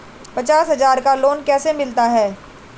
पचास हज़ार का लोन कैसे मिलता है?